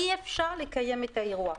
אי אפשר לקיים את האירוע.